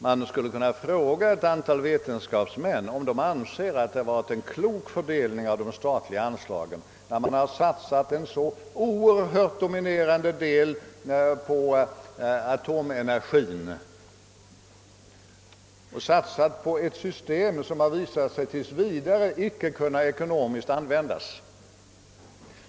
Man skulle kunna fråga ett antal vetenskapsmän, om de anser att det varit en klok fördelning av de statliga anslagen att satsa en så oerhört dominerande del på atomenergin, varvid man gått in för ett system som visat sig tills vidare icke kunna ekonomiskt användas.